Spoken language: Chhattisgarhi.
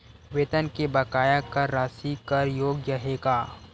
वेतन के बकाया कर राशि कर योग्य हे का?